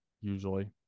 Usually